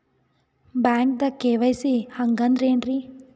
ಬ್ಯಾಂಕ್ದಾಗ ಕೆ.ವೈ.ಸಿ ಹಂಗ್ ಅಂದ್ರೆ ಏನ್ರೀ?